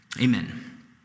amen